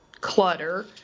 clutter